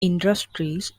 industries